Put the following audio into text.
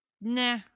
Nah